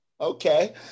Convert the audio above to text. Okay